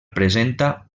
presenta